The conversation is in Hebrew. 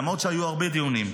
למרות שהיו הרבה דיונים,